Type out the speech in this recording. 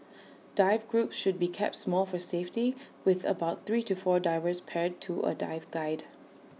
dive groups should be kept small for safety with about three to four divers paired to A dive guide